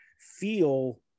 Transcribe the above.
feel